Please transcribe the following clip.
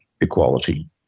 equality